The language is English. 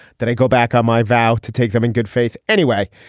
then i go back on my vow to take them in good faith anyway.